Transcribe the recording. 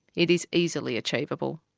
it is easily achievable,